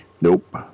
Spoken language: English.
Nope